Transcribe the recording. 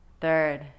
third